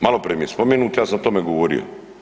Malo prije mi je spomenuto ja sam o tome govorio.